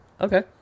Okay